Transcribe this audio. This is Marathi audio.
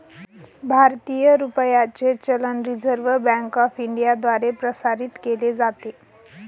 भारतीय रुपयाचे चलन रिझर्व्ह बँक ऑफ इंडियाद्वारे प्रसारित केले जाते